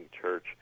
Church